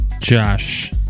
Josh